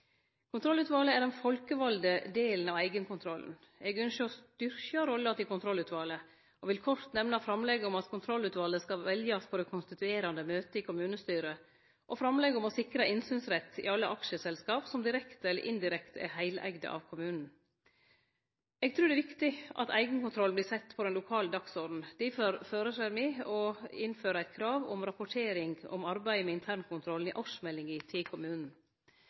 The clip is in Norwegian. Kontrollutvalet er den folkevalde delen av eigenkontrollen. Eg ynskjer å styrkje rolla til kontrollutvalet og vil kort nemne framlegget om at kontrollutvalet skal veljast på det konstituerande møtet i kommunestyret, og framlegget om å sikre innsynsrett i alle aksjeselskap som direkte eller indirekte er heleigde av kommunen. Eg trur det er viktig at eigenkontrollen vert sett på den lokale dagsordenen. Difor føreslår me å innføre eit krav om rapportering om arbeidet med internkontrollen i årsmeldinga til kommunen.